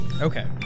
Okay